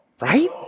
right